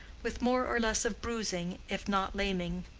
with more or less of bruising if not laming.